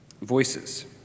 voices